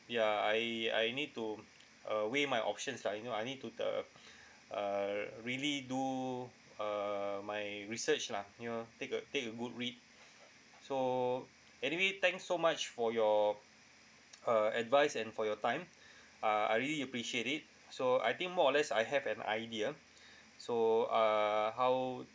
ya I I need to uh weigh my options lah you know I need to uh uh really do uh my research lah you know take a take a good read so anyway thanks so much for your uh advice and for your time uh I really appreciate it so I think more or less I have an idea so uh how